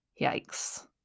Yikes